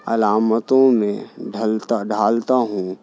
علامتوں میں ڈھلتا ڈھالتا ہوں